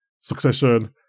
Succession